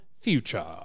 future